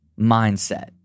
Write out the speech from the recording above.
mindset